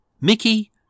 Mickey